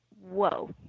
whoa